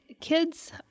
kids